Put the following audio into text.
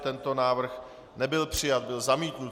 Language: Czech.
Tento návrh nebyl přijat, byl zamítnut.